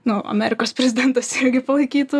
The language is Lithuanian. nu amerikos prezidentas irgi palaikytų